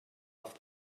off